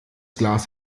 glas